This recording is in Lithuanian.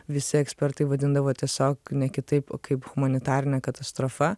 visi ekspertai vadindavo tiesiog ne kitaip o kaip humanitarine katastrofa